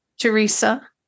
Teresa